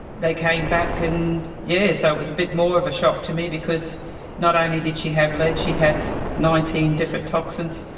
they came back and yeah so it was a bit more of a shock to me because not only did she have lead, she had nineteen different toxins,